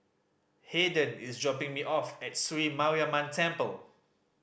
Hayden is dropping me off at Sri Mariamman Temple